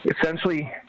essentially